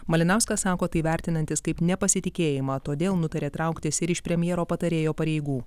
malinauskas sako tai vertinantis kaip nepasitikėjimą todėl nutarė trauktis ir iš premjero patarėjo pareigų